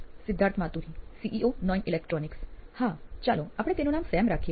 Siddharth Maturi CEO નોઇન electronics હા ચાલો આપણે તેનું નામ સેમ રાખીએ